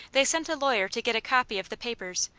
they sent a lawyer to get a copy of the papers,